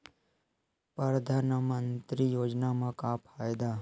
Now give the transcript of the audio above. परधानमंतरी योजना म का फायदा?